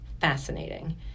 fascinating